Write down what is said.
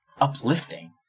uplifting